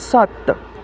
ਸੱਤ